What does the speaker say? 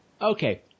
okay